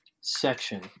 section